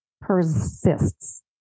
persists